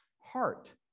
Heart